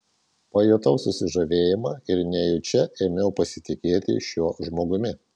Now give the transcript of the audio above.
pajutau susižavėjimą ir nejučia ėmiau pasitikėti šiuo žmogumi